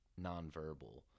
nonverbal